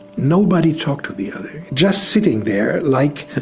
nobody talked to the other. just sitting there like,